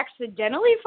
accidentally